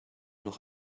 noch